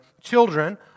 Children